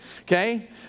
Okay